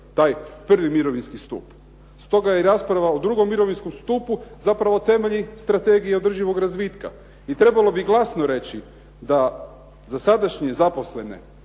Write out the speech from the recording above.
taj prvi mirovinski stup. Stoga je i rasprava o drugom mirovinskom stupu zapravo temelj Strategije održivog razvitka. I trebalo bi glasno reći da za sadašnje zaposlene